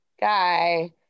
guy